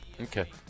Okay